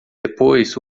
depois